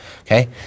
Okay